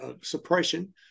suppression